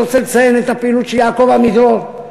אני רוצה לציין את הפעילות של יעקב עמידרור,